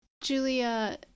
Julia